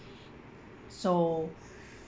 so